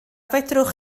fedrwch